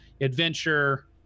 adventure